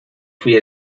fui